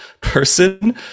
person